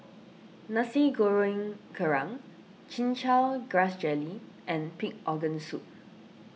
Nasi Goreng Kerang Chin Chow Grass Jelly and Pig Organ Soup